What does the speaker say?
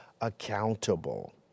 accountable